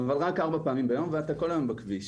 אבל רק ארבע פעמים ביום ואתה כל היום בכביש,